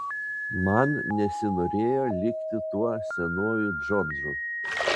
man nesinorėjo likti tuo senuoju džordžu